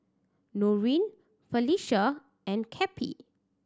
Norene Felisha and Cappie